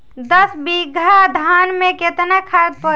दस बिघा धान मे केतना खाद परी?